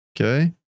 okay